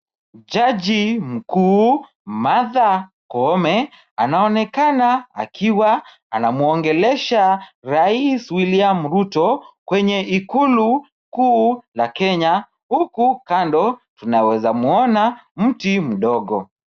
Jaji mkuu, Martha Koome, anaonekana akiwa anamuongelesha rais William Ruto kwenye ikulu kuu ya Kenya. Huku kando tunaweza muona mti mdogo.